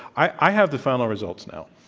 i have the final results now,